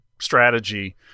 strategy